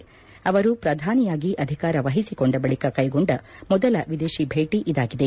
ರಾಜಪಕ್ಷ ಅವರು ಪ್ರಧಾನಿಯಾಗಿ ಅಧಿಕಾರ ವಹಿಸಿಕೊಂಡ ಬಳಿಕ ಕ್ಷೆಗೊಂಡ ಮೊದಲ ವಿದೇಶಿ ಭೇಟಿ ಇದಾಗಿದೆ